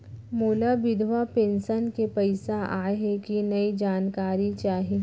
मोला विधवा पेंशन के पइसा आय हे कि नई जानकारी चाही?